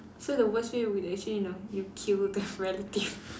so the worst way would be actually you know you kill the relative